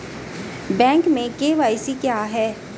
Bank में KYC क्या है?